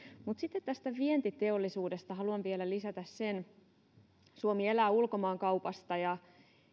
mutta sitten tästä vientiteollisuudesta haluan vielä lisätä sen että suomi elää ulkomaankaupasta ja